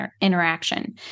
interaction